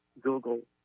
Google